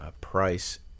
price